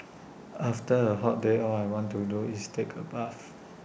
after A hot day all I want to do is take A bath